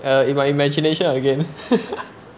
err in my imagination you again